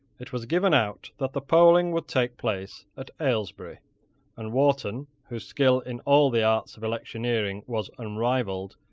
it was given out that the polling would take place at ailesbury and wharton, whose skill in all the arts of electioneering was unrivalled,